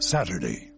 Saturday